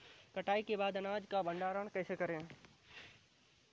कटाई के बाद अनाज का भंडारण कैसे करें?